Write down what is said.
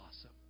awesome